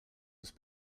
was